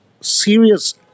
serious